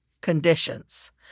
conditions